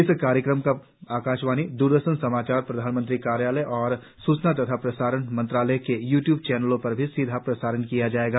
इस कार्यक्रम का आकाशवाणी द्रदर्शन समाचार प्रधानमंत्री कार्यालय और सूचना तथा प्रसारण मंत्रालय के यूट्यूब चैनलों पर भी सीधा प्रसारण किया जाएगा